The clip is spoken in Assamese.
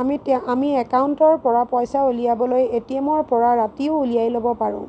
আমি তে আমি একাউণ্টৰ পৰা পইচা উলিয়াবলৈ এটিএমৰ পৰা ৰাতিও উলিয়াই ল'ব পাৰোঁ